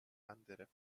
andere